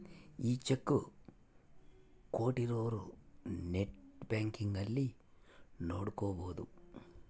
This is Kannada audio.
ಈ ಚೆಕ್ ಕೋಟ್ಟಿರೊರು ನೆಟ್ ಬ್ಯಾಂಕಿಂಗ್ ಅಲ್ಲಿ ನೋಡ್ಕೊಬೊದು